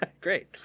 Great